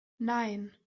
nein